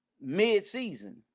mid-season